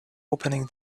opening